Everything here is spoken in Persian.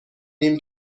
نیم